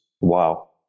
wow